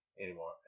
anymore